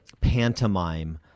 pantomime